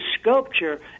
sculpture